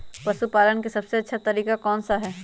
पशु पालन का सबसे अच्छा तरीका कौन सा हैँ?